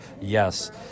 yes